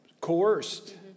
coerced